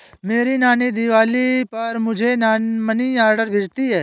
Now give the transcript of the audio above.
मेरी नानी दिवाली पर मुझे मनी ऑर्डर भेजती है